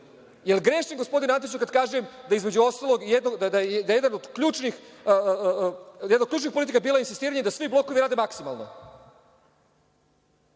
li grešim gospodine Antiću kada kažem da između ostalog, da je jedan od ključnih politika bila insistiranje da svi blokovi rade maksimalno?